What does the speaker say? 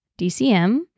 DCM